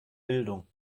bildung